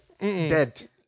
Dead